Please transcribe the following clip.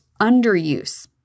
underuse